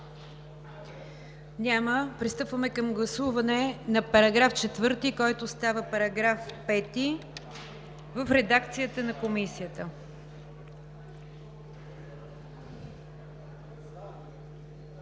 Няма. Пристъпваме към гласуване на § 4, който става § 5 в редакцията на Комисията.